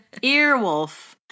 Earwolf